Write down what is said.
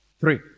three